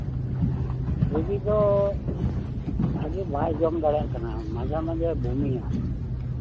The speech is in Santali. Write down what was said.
ᱨᱩᱜᱤ ᱫᱚ ᱵᱷᱟᱜᱮ ᱵᱟᱭ ᱡᱚᱢ ᱫᱟᱲᱮᱭᱟᱜ ᱠᱟᱱᱟ ᱢᱟᱡᱷᱮ ᱢᱟᱡᱷᱮ ᱵᱚᱢᱤᱭᱟ